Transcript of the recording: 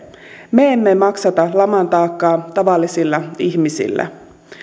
me emme maksata laman taakkaa tavallisilla ihmisillä